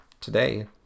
today